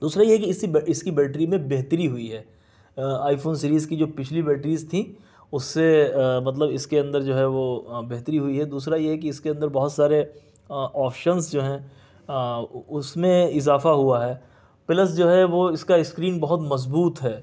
دوسرے یہ ہے کہ اسی اس کی بیٹری میں بہتری ہوئی ہے آئی فون سریز کی جو پچھلی بیٹریز تھیں اس سے مطلب اس کے اندر جو ہے وہ بہتری ہوئی ہے دوسرا یہ ہے کی اس کے اندر بہت سارے آپپشنس جو ہیں اس میں اضافہ ہوا ہے پلس جو ہے وہ اس کا اسکرین بہت مضبوط ہے